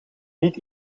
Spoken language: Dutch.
niet